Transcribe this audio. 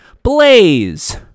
Blaze